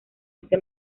ese